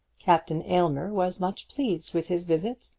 captain aylmer was much pleased with his visit,